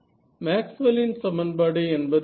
Maxwell இன் சமன்பாடு என்பது சரி